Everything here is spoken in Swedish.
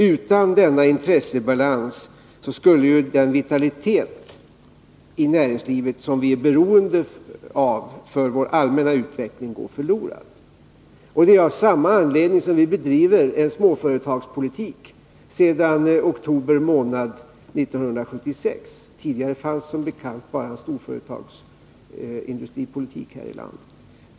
Utan denna intressebalans skulle den vitalitet i näringslivet som vi är beroende av för vår allmänna utveckling gå förlorad. Det är av samma anledning vi bedriver en småföretagspolitik sedan oktober månad 1976 — tidigare fanns som bekant bara en storindustripolitik här i landet.